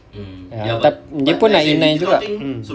ya dia pun I email juga mm